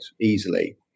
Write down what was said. easily